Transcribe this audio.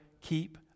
keep